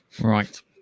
Right